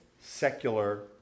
secular